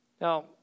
Now